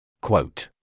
Quote